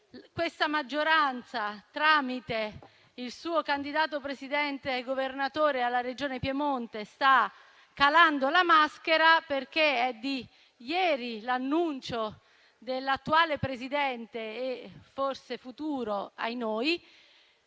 questa maggioranza, tramite il suo candidato Presidente e Governatore della Regione Piemonte, sta calando la maschera, perché è di ieri l'annuncio dell'attuale e forse futuro - ahinoi